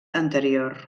anterior